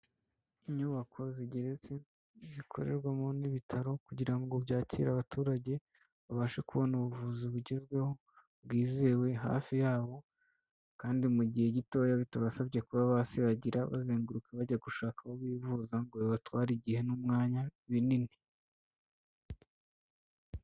Inyubako zigeretse zikorerwamo n'ibitaro kugira ngo byakire abaturage, babashe kubona ubuvuzi bugezweho, bwizewe hafi yabo kandi mu gihe gitoya, bitabasabye kuba basiragira bazenguruka bajya gushaka aho bivuza ngo bibatware igihe n'umwanya binini.